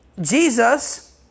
Jesus